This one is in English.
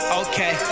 okay